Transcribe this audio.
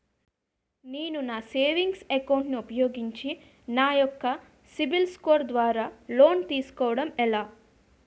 నేను నా savings account ను ఉపయోగించి నా యెక్క సిబిల్ స్కోర్ ద్వారా లోన్తీ సుకోవడం ఎలా?